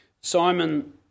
Simon